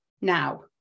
now